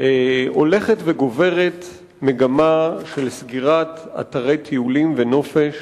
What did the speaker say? הולכת וגוברת מגמה של סגירת אתרי טיולים ונופש